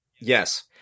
Yes